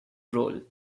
role